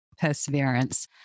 perseverance